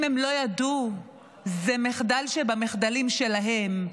אם הם לא ידעו זה מחדל שבמחדלים שלהם.